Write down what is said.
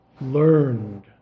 learned